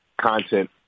content